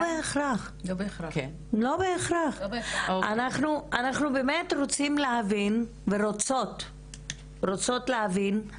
לא בהכרח, אנחנו במאמת רוצים להבין ורוצות להבין,